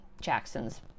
Jackson's